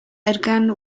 egan